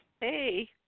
Hey